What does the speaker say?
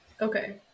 Okay